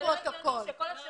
לא לפרוטוקול.